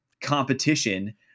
competition